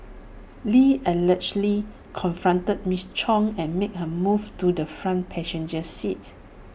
lee allegedly confronted miss chung and made her move to the front passenger seat